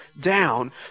down